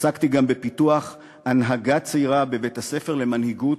עסקתי גם בפיתוח הנהגה צעירה בבית-הספר למנהיגות